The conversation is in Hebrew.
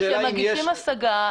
כשמגישים השגה,